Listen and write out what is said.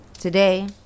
today